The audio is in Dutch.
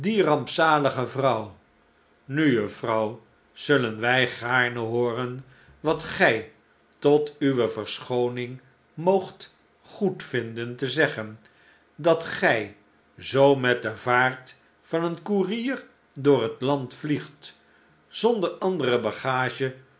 rampzalige vrouw nu juffrouw zullen wij gaarne hooren wat gij tot uwe verschooning moogt goedvinden te zeggen dat gij zoo met de vaart van een koerier door het land vliegt zonder andere bagage